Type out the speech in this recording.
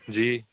ਜੀ